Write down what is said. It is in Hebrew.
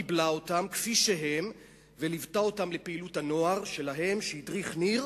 קיבלה אותם כפי שהם וליוותה אותם לפעילות הנוער שלהם שהדריך ניר.